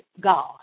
God